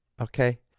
Okay